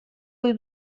ohi